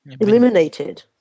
eliminated